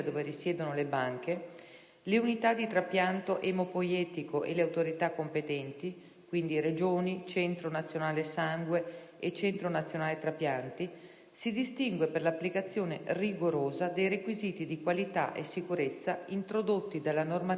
le unità di trapianto emopoietico e le Autorità competenti (Regioni, Centro nazionale sangue e Centro nazionale trapianti), si distingue per l'applicazione rigorosa dei requisiti di qualità e sicurezza introdotti dalla normativa italiana ed europea